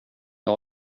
jag